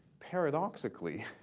paradoxically,